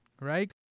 Right